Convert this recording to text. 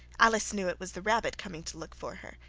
alice knew it was the rabbit coming to look for her,